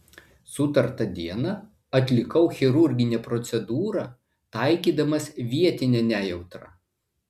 sutartą dieną atlikau chirurginę procedūrą taikydamas vietinę nejautrą